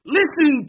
listen